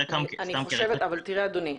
אבל אדוני,